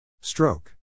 Stroke